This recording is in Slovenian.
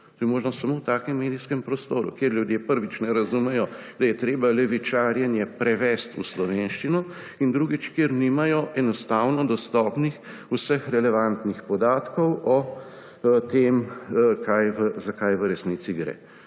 To je možno samo v takem medijskem prostoru, kjer ljudje, prvič, ne razumejo, da je treba levičarjenje prevesti v slovenščino, in drugič, kjer nimajo enostavno dostopnih vseh relevantnih podatkov o tem, za kaj v resnici gre.